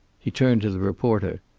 he turned to the reporter.